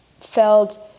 felt